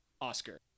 Oscar